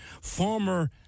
Former